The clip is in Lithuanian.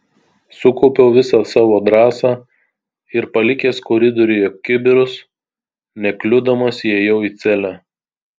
sukaupiau visą savo drąsą ir palikęs koridoriuje kibirus nekliudomas įėjau į celę